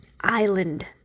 island